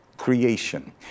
creation